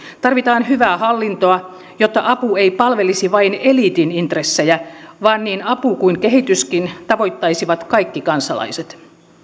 tarvitaan hyvää hallintoa jotta apu ei palvelisi vain eliitin intressejä vaan niin apu kuin kehityskin tavoittaisivat kaikki kansalaiset